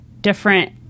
different